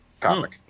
comic